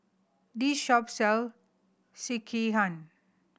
this shop sell Sekihan